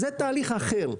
זה תהליך אחר.